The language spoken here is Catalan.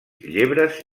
llebres